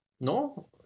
No